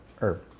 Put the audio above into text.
Herb